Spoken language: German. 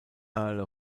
earl